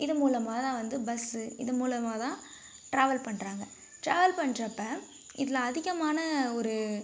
இது மூலமாக தான் வந்து பஸ்ஸு இது மூலமாக தான் ட்ராவல் பண்ணுறாங்க ட்ராவல் பண்ணுறப்ப இதில் அதிகமான ஒரு